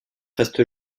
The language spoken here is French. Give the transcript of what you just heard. reste